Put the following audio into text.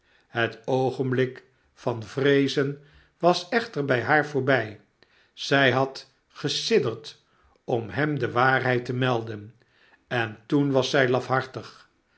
het oogenblik van vreezen was echter by haar voorby zy had gesidderd om hem de waarheid te melden en toen was zij laf